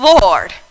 Lord